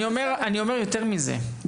אני אומר יותר מזה,